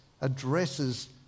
addresses